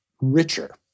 richer